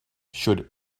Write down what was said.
should